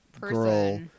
girl